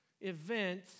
event